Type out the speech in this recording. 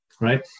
right